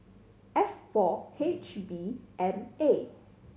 F four H B M A